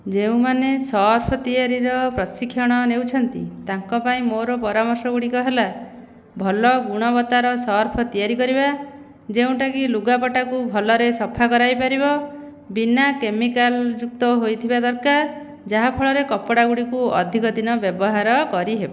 ଯେଉଁମାନେ ସର୍ଫ ତିଆରିର ପ୍ରଶିକ୍ଷଣ ନେଉଛନ୍ତି ତାଙ୍କ ପାଇଁ ମୋର ପରାମର୍ଶ ଗୁଡ଼ିକ ହେଲା ଭଲ ଗୁଣବତ୍ତାର ସର୍ଫ ତିଆରି କରିବା ଯେଉଁଟାକି ଲୁଗାପଟାକୁ ଭଲରେ ସଫା କରାଇ ପାରିବ ବିନା କେମିକାଲ୍ ଯୁକ୍ତ ହୋଇଥିବା ଦରକାର ଯାହାଫଳରେ କପଡ଼ା ଗୁଡ଼ିକୁ ଅଧିକ ଦିନ ବ୍ୟବହାର କରିହେବ